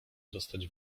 dostać